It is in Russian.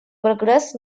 прогресс